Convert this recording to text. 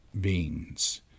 beings